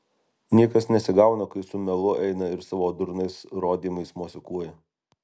niekas nesigauna kai su melu eina ir savo durnais rodymais mosikuoja